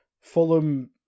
Fulham